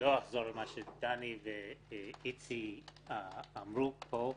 לא אחזור על מה שדני ואיציק אמרו פה,